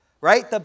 Right